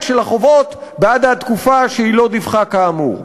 של החובות בעד התקופה שהיא לא דיווחה כאמור.